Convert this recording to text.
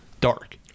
dark